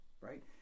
right